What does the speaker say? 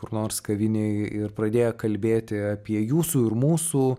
kur nors kavinėje ir pradėję kalbėti apie jūsų ir mūsų